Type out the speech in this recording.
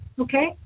Okay